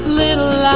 little